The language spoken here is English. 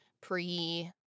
pre